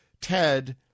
Ted